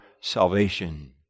salvation